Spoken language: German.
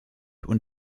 und